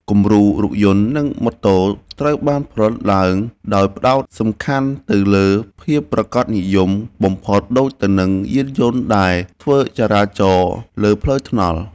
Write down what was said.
គំរូរថយន្ត និងម៉ូតូត្រូវបានផលិតឡើងដោយផ្ដោតសំខាន់ទៅលើភាពប្រាកដនិយមបំផុតដូចទៅនឹងយានយន្តដែលធ្វើចរាចរណ៍លើផ្លូវថ្នល់។